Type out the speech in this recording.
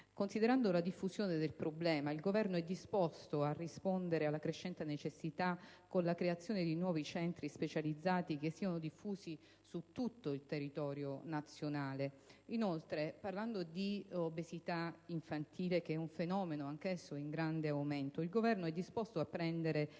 Considerando la diffusione del problema, il Governo è disposto a rispondere a questa crescente necessità con la creazione di nuovi centri specializzati diffusi su tutto il territorio nazionale? Inoltre, parlando di obesità infantile, altro fenomeno in grande aumento, è disposto a prendere